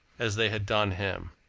as they had done him.